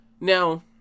Now